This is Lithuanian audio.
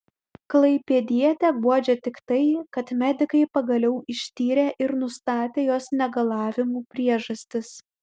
klaipėdietę guodžia tik tai kad medikai pagaliau ištyrė ir nustatė jos negalavimų priežastis